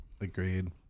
Agreed